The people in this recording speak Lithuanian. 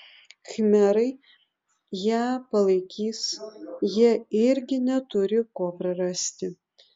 khmerai ją palaikys jie irgi neturi ko prarasti